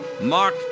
Mark